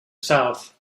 south